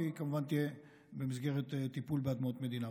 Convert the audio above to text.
והיא כמובן תהיה במסגרת טיפול באדמות מדינה.